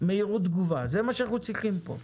במהירות תגובה, זה מה שאנחנו צריכים פה,